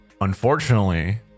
Unfortunately